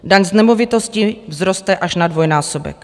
Daň z nemovitosti vzroste až na dvojnásobek.